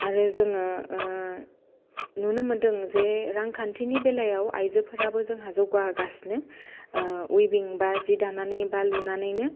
आरो जोङो नुनो मोनदों जे रांखान्थिनि बेलायाव आयजोफोराबो जोंहा जौगाहोगासिनो उइभिं बा जि दानानै बा लुनानैनो